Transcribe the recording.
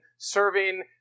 serving